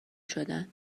شدن